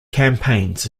campaigns